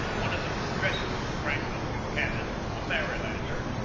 one of the progressives, franklin bu chanan, a marylander,